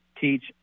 teach